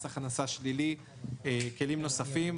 לדוגמה מס הכנסה שלילי ויש כלים נוספים,